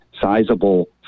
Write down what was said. sizable